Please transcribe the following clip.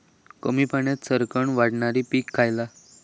कमी पाण्यात सरक्कन वाढणारा पीक खयला?